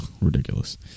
ridiculous